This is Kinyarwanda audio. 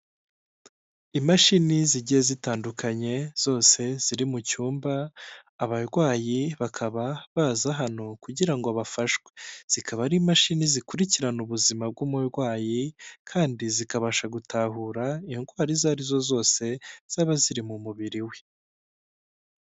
imashini zigiye zitandukanye zose ziri mu cyumba abarwayi bakaba baza hano kugira ngo bafashwe. Zikaba ari imashini zikurikirana ubuzima bw'umurwayi kandi zikabasha gutahura indwarazo arizo zose zaba ziri mu mubiri we.